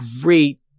great